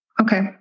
Okay